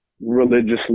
religiously